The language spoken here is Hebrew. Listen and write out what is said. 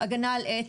הגנה על עץ,